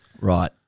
Right